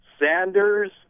Sanders